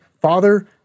Father